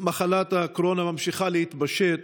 מחלת הקורונה ממשיכה להתפשט,